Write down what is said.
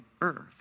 earth